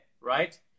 right